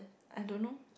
I don't know